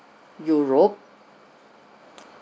europe